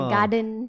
Garden